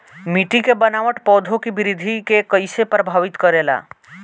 मिट्टी के बनावट पौधों की वृद्धि के कईसे प्रभावित करेला?